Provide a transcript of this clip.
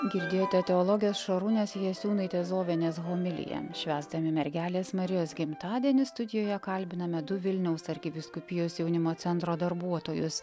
girdėjote teologės šarūnės jasiūnaitės zovienės homiliją švęsdami mergelės marijos gimtadienį studijoje kalbiname du vilniaus arkivyskupijos jaunimo centro darbuotojus